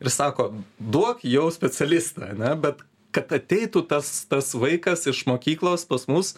ir sako duok jau specialistą ane bet kad ateitų tas tas vaikas iš mokyklos pas mus